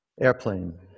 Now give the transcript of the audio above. Airplane